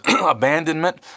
abandonment